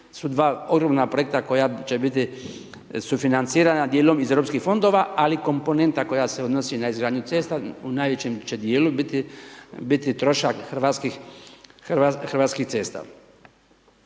su dva ogromna projekta koja će biti sufinancirana djelom iz EU fondova ali i komponenta koja se odnosi na izgradnju cesta u najvećem će djelu biti trošak Hrvatskih cesta.